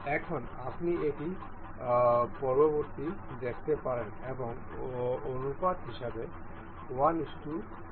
এখন আপনি এটি পরবর্তী দেখতে পারেন এবং অনুপাত হিসাবে 1 15 হয়